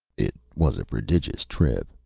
it was a prodigious trip,